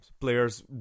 players